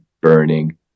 burning